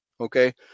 okay